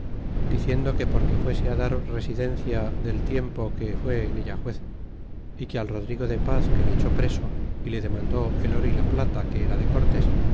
diciendo que porque fuese dar residencia del tiempo que fué en ella juez y que al rodrigo de paz que le echó preso y le demandé el oro y plata que era de cortes